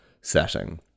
setting